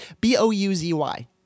B-O-U-Z-Y